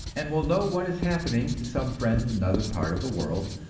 and will know what is happening to some friend in another part of the world,